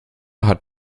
hat